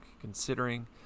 considering